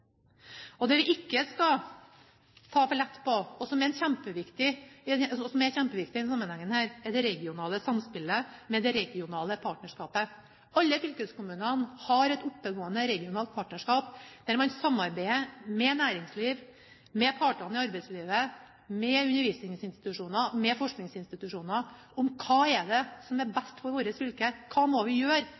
trafikksikkerhetsarbeidet. Det vi ikke skal ta for lett på, og som er kjempeviktig i denne sammenhengen, er det regionale samspillet med det regionale partnerskapet. Alle fylkeskommunene har et oppegående regionalt partnerskap der man samarbeider med næringslivet, med partene i arbeidslivet, med undervisningsinstitusjoner, med forskningsinstitusjoner om: Hva er best for vårt fylke? Hva må vi gjøre